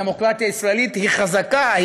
הדמוקרטיה הישראלית היא חזקה,